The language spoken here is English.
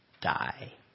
die